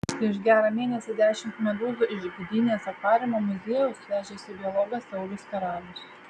prieš gerą mėnesį dešimt medūzų iš gdynės akvariumo muziejaus vežėsi biologas saulius karalius